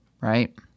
right